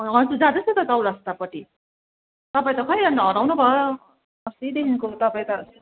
हजुर जाँदैछ त चौरास्तापट्टि तपाईँ त खै अनि त हराउनुभयो अस्तिदेखिन्को त तपाईँ त